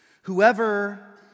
Whoever